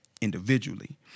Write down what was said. individually